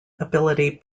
ability